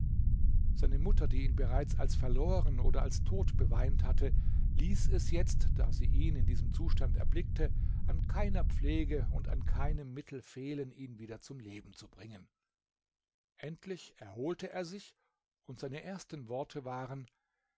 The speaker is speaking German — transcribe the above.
seine mutter die ihn bereits als verloren oder als tot beweint hatte ließ es jetzt da sie ihn in diesem zustand erblickte an keiner pflege und an keinem mittel fehlen ihn wieder zum leben zu bringen endlich erholte er sich und seine ersten worte waren